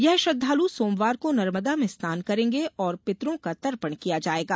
ये श्रद्वालु सोमवार को नर्मदा में स्नान करेंगे और पितरों का तर्पण किया जायेगा